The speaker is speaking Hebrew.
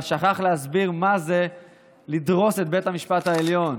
אבל שכח להסביר מה זה לדרוס את בית המשפט העליון.